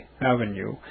Avenue